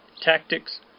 tactics